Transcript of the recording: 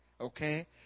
okay